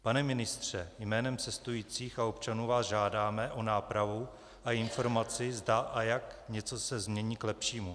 Pane ministře, jménem cestujících a občanů vás žádáme o nápravu a informaci, zda a jak se něco změní k lepšímu.